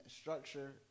structure